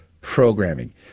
programming